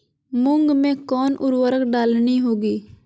मूंग में कौन उर्वरक डालनी होगी?